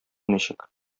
ничек